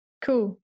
Cool